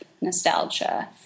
nostalgia